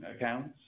accounts